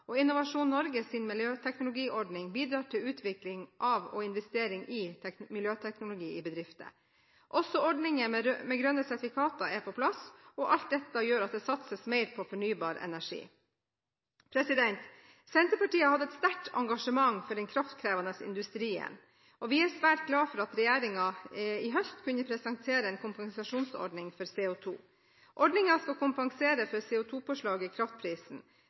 og Innovasjon Norges miljøteknologiordning bidrar til utvikling av og investering i miljøteknologi i bedrifter. Også ordningen med grønne sertifikater er på plass, og alt dette gjør at det satses mer på fornybar energi. Senterpartiet har hatt et sterkt engasjement for den kraftkrevende industrien, og vi er svært glad for at regjeringen i høst kunne presentere en kompensasjonsordning for CO2. Ordningen skal kompensere for CO2-påslaget i kraftprisen.